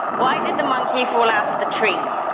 why did the monkey fall out of the tree?